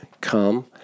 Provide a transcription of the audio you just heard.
come